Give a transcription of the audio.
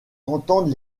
entendre